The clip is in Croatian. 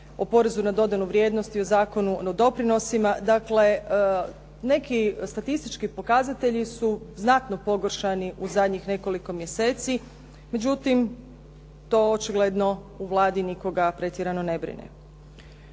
o porezu na dodanu vrijednost i o Zakonu o doprinosima. Dakle, neki statistički pokazatelji su znatno pogoršani u zadnjih nekoliko mjeseci. Međutim, to očigledno u Vladi nikoga pretjerano ne brine.